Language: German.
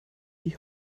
die